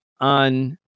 on